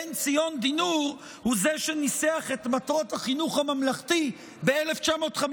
בן-ציון דינור הוא זה שניסח את מטרות החינוך הממלכתי ב-1953,